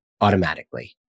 automatically